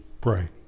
pray